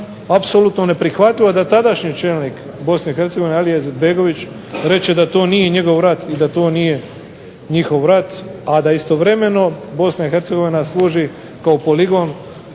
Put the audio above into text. apsolutno neprihvatljivo da tadašnji čelnik BiH Alija Izetbegović reče da to nije njegov rat i da to nije njihov rat a da istovremeno BiH služi kao poligon